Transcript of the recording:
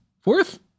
fourth